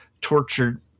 tortured